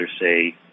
say